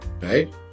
right